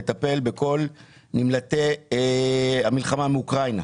לטפל בכל נמלטי המלחמה מאוקראינה.